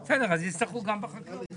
בסדר, אז יצטרכו גם בחקלאות.